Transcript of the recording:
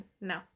no